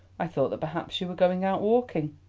i thought that perhaps you were going out walking.